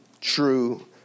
true